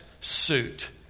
suit